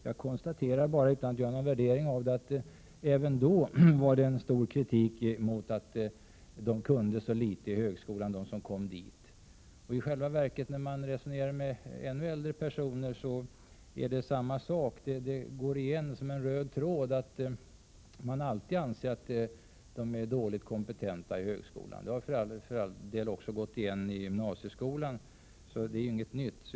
Jag konstaterar, utan att göra någon värdering, att även då riktades mycket kritik mot att de studerande vid högskolan kunde så litet. När jag diskuterar med ännu äldre personer visar det sig att det i själva verket var samma sak ännu tidigare. De studerandes bristande kompetens går som en röd tråd genom diskussionerna. Detta har för all del gått igen även i gymnasieskolan, så detta är inget nytt.